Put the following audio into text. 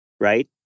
Right